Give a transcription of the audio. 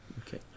Okay